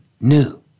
new